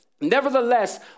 Nevertheless